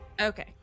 Okay